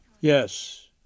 yes